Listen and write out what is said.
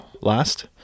last